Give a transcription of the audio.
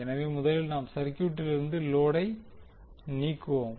எனவே முதலில் நாம் சர்க்யூட்டிலிருந்து லோடை நீக்குவோம்